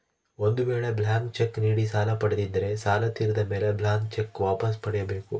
ಒಂದು ವೇಳೆ blank cheque ನೀಡಿ ಸಾಲ ಪಡೆದಿದ್ದರೆ ಸಾಲ ತೀರಿದ ಮೇಲೆ ಬ್ಲಾಂತ್ ಚೆಕ್ ನ್ನು ವಾಪಸ್ ಪಡೆಯ ಬೇಕು